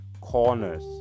corners